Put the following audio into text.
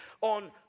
on